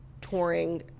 touring